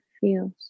feels